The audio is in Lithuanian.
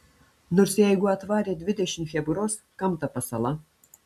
nors jeigu atvarė dvidešimt chebros kam ta pasala